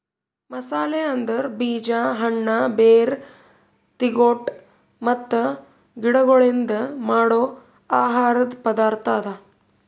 ಮಸಾಲೆ ಅಂದುರ್ ಬೀಜ, ಹಣ್ಣ, ಬೇರ್, ತಿಗೊಟ್ ಮತ್ತ ಗಿಡಗೊಳ್ಲಿಂದ್ ಮಾಡೋ ಆಹಾರದ್ ಪದಾರ್ಥ ಅದಾ